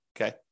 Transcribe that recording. okay